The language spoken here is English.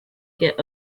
get